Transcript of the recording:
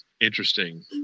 interesting